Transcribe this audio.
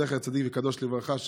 זכר צדיק וקדוש לברכה,